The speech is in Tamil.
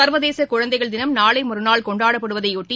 சர்வதேச குழந்தைகள் தினம் நாளை மறுநாள் கொண்டாடப்படுவதை ஒட்டி